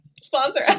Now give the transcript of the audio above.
Sponsor